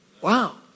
Wow